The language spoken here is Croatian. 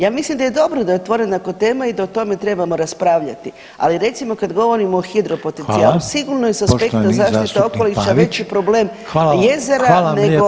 Ja mislim da je dobro da je otvorena ko tema i da o tome trebamo raspravljati, ali recimo kad govorimo o hidropotencijalu [[Upadica: Hvala, poštovani zastupnik Pavić]] sigurno je s aspekta zaštite okoliša veći problem [[Upadica: Hvala vam, hvala vam lijepa]] jezera nego nešto drugo.